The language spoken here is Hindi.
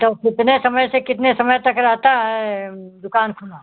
तो कितने समय से कितने समय तक रहता है दुकान खुला